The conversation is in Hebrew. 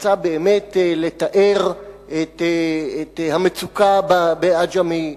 רצה באמת לתאר את המצוקה בעג'מי,